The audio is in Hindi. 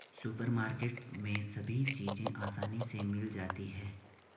सुपरमार्केट में सभी चीज़ें आसानी से मिल जाती है